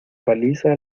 paliza